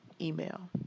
email